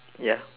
ya